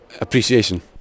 appreciation